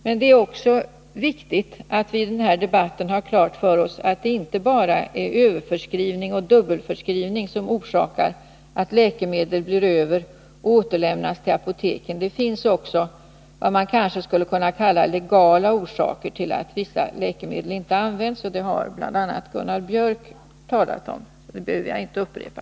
Men det är också viktigt att vi i den här debatten har klart för oss att det inte bara beror på överförskrivning och dubbelförskrivning att läkemedel blir över och återlämnas till apoteken. Det finns också vad man kanske skulle kunna kalla legala orsaker till att vissa läkemedel inte används, och det har bl.a. Gunnar Biörck talat om, så det behöver jag inte upprepa.